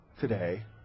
today